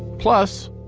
plus.